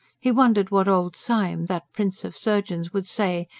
he wondered what old syme, that prince of surgeons, would say,